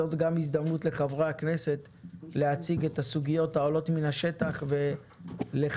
זאת גם הזדמנות לחברי הכנסת להציג את הסוגיות העולות מן השטח ולחדד,